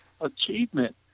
achievement